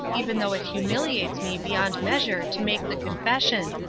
even though it humiliates me beyond measure to make the confession.